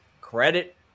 credit